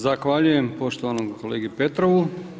Zahvaljujem poštovanom kolegi Petrovu.